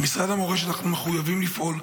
במשרד המורשת אנחנו מחויבים לפעול.